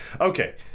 Okay